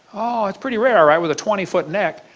it's pretty rare all right with a twenty foot neck.